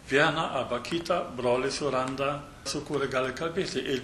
vieną arba kitą brolį suranda su kuriuo gali kalbėti